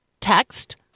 Text